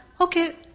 okay